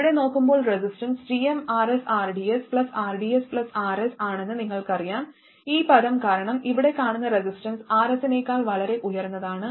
ഇവിടെ നോക്കുമ്പോൾ resistance gmRsrdsrdsRs ആണെന്ന് നിങ്ങൾക്കറിയാം ഈ പദം കാരണം ഇവിടെ കാണുന്ന റെസിസ്റ്റൻസ് Rs നേക്കാൾ വളരെ ഉയർന്നതാണ്